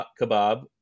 kebab